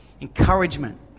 encouragement